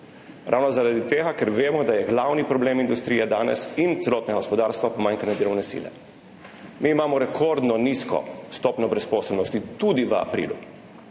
Ravno zaradi tega ker vemo, da je glavni problem industrije danes in celotnega gospodarstva pomanjkanje delovne sile. Mi imamo rekordno nizko stopnjo brezposelnosti, tudi v aprilu.